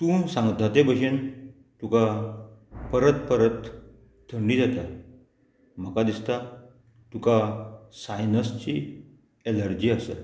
तूं सांगता ते भशेन तुका परत परत थंडी जाता म्हाका दिसता तुका सायनसची एलर्जी आसा